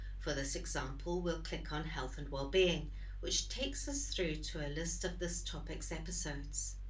for this example we'll click on health and wellbeing' which takes us through to a list of this topic's episodes.